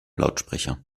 lautsprecher